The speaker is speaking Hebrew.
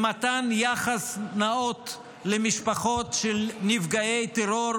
במתן יחס נאות למשפחות של נפגעי טרור,